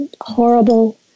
horrible